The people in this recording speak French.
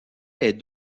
les